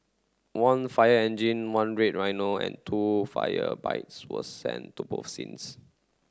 one fire engine one red rhino and two fire bikes were sent to both scenes